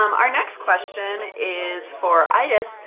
um our next question is for ides.